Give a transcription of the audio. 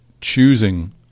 choosing